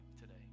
today